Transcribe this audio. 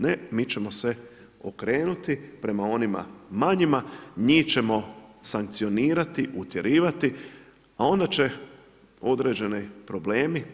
Ne, mi ćemo se okrenuti prema onima manjima, njih ćemo sankcionirati, utjerivati, a onda će određeni problemi.